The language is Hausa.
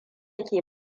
ke